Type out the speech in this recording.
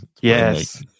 yes